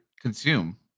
consume